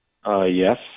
Yes